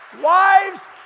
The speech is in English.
Wives